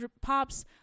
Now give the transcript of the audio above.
Pops